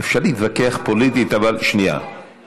אפשר להתווכח פוליטית, אבל, הקווים נחצו כאן.